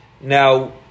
now